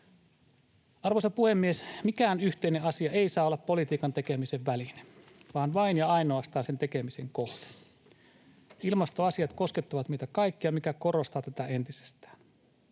Arvoisa puhemies! Mikään yhteinen asia ei saa olla politiikan tekemisen väline, vaan vain ja ainoastaan sen tekemisen kohde. Ilmastoasiat koskettavat meitä kaikkia, mikä korostaa tätä entisestään.